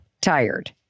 tired